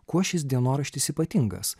kuo šis dienoraštis ypatingas